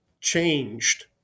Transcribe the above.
changed